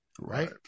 right